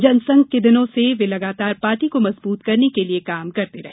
जनसंघ के दिनों से वे लगातार पार्टी को मजबूत करने के लिये काम करते रहे